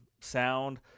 sound